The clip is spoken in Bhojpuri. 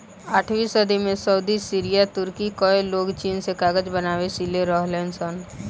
आठवीं सदी में सऊदी, सीरिया, तुर्की कअ लोग चीन से कागज बनावे सिले रहलन सन